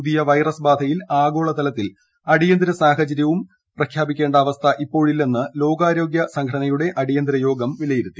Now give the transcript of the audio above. പുതിയ വൈറസ് ബാധയിൽ ആഗോള തലത്തിൽ ഏർടിയന്തിര സാഹചര്യവും പ്രഖ്യാപിക്കേണ്ട അവസ്ഥ ഇപ്പോഴിക്ട്ലെന്ന് ലോകാരോഗ്യ സംഘടന യുടെ അടിയന്തിര യോഗം വിലയ്ടിരുത്തി